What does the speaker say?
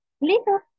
little